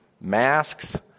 masks